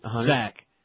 Zach